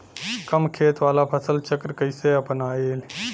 कम खेत वाला फसल चक्र कइसे अपनाइल?